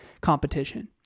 competition